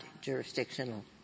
jurisdictional